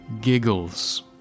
giggles